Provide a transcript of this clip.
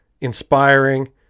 inspiring